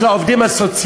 ספק.